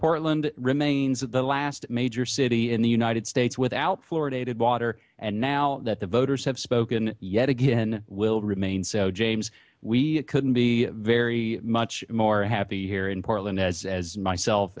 portland remains at the last major city in the united states without florida needed water and now that the voters have spoken yet again will remain so james we couldn't be very much more happy here in portland as as myself